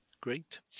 Great